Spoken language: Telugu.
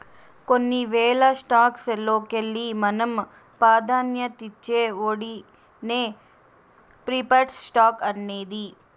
కొన్ని వేల స్టాక్స్ లోకెల్లి మనం పాదాన్యతిచ్చే ఓటినే ప్రిఫర్డ్ స్టాక్స్ అనేది